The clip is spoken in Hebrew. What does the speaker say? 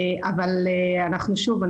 אבל שוב,